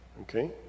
Okay